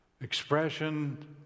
expression